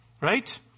right